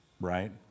Right